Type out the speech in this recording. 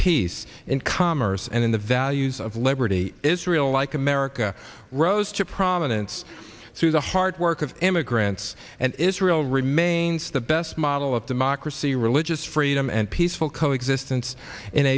peace in commerce and in the values of liberty israel like america rose to prominence through the hard work of immigrants and israel remains the best model of democracy religious freedom and peaceful coexistence in